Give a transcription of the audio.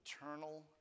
eternal